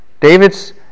David's